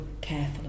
careful